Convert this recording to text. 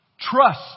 Trust